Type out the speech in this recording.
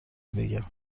بگم